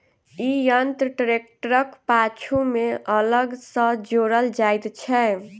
ई यंत्र ट्रेक्टरक पाछू मे अलग सॅ जोड़ल जाइत छै